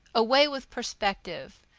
away with perspective!